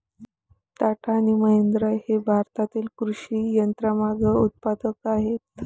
टाटा आणि महिंद्रा हे भारतातील कृषी यंत्रमाग उत्पादक आहेत